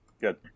good